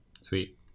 sweet